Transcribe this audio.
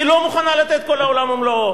היא לא מוכנה לתת כל העולם ומלואו.